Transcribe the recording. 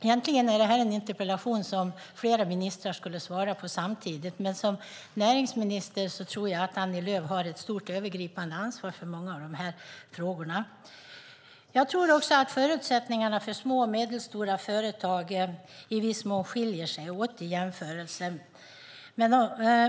Egentligen är detta en interpellation som flera ministrar skulle svara på samtidigt, men jag tror att Annie Lööf som näringsminister har ett stort och övergripande ansvar för många av dessa frågor. Jag tror också att förutsättningarna för små och medelstora företag i viss mån skiljer sig åt.